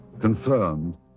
confirmed